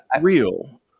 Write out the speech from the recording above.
real